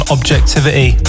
Objectivity